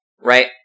right